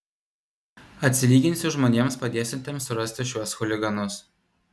atsilyginsiu žmonėms padėsiantiems surasti šiuos chuliganus